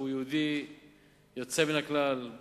שהוא יהודי יוצא מן הכלל,